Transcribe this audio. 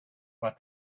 but